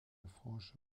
frange